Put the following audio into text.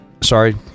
sorry